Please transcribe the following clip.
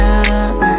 up